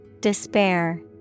Despair